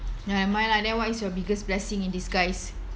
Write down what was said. never mind lah then what is your biggest blessing in disguise